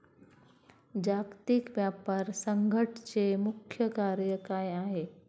जागतिक व्यापार संघटचे मुख्य कार्य काय आहे?